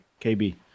KB